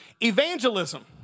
evangelism